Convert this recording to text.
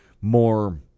more